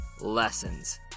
lessons